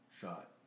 shot